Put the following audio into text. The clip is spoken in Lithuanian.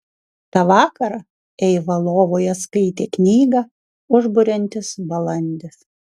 tą vakarą eiva lovoje skaitė knygą užburiantis balandis